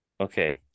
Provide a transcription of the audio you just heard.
Okay